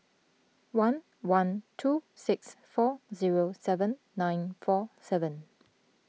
one one two six four zero seven nine four seven